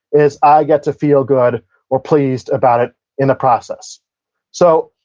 is i get to feel good or pleased about it in the process so,